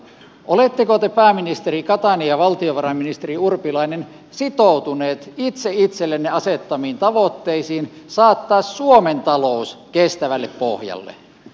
oletteko te pääministeri katainen ja valtiovarainministeri urpilainen sitoutuneet itse itsellenne asettamiin tavoitteisiin saattaa suomen talous kestävälle pohjalle